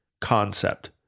concept